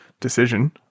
decision